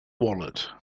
wallet